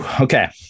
okay